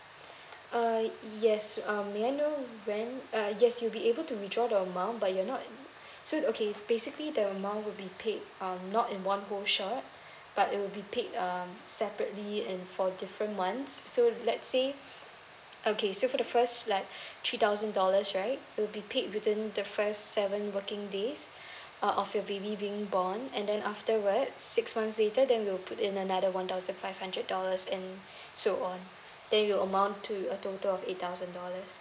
uh yes um may I know when uh yes you'll be able to withdraw the amount but you're not so okay basically the amount would be paid um not in one whole shot but it will be paid um separately and for different ones so let's say okay so for the first like three thousand dollars right it'll be paid within the first seven working days uh of your baby being born and then afterwards six months later then we will put in another one thousand five hundred dollars and so on then you'll amount to a total of eight thousand dollars